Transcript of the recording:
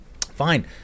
fine